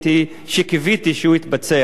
שקיוויתי שהוא יתבצע,